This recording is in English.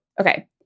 okay